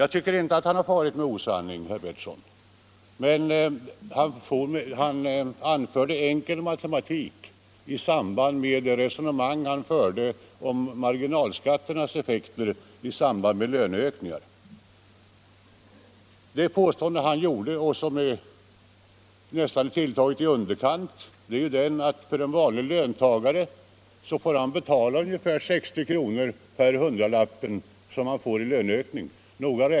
Gösta Bohman for inte med osanning, herr Pettersson, utan han anförde enkel matematik i samband med det resonemang han förde om marginalskatternas effekter vid löneökningar. Det påstående han gjorde — och det var närmast tilltaget i underkant — var att en vanlig löntagare får betala noga räknat 64 kr. per hundralapp han får i löneökning.